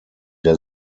der